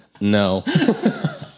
no